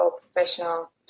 professional